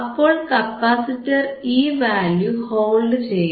അപ്പോൾ കപ്പാസിറ്റർ ഈ value hold ചെയ്യും